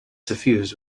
suffused